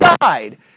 died